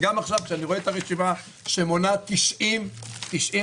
גם עכשיו שאני רואה את הרשימה שמונה כ-90 עמותות,